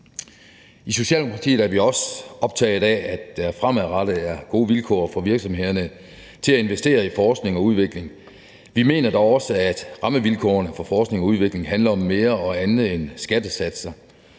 I Socialdemokratiet er vi også optaget af, at der fremadrettet er gode vilkår for virksomhederne til at investere i forskning og udvikling. Vi mener dog også, at rammevilkårene for forskning og udvikling handler om mere og andet end skattesatser.